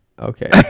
Okay